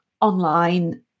online